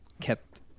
kept